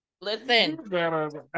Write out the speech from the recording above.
Listen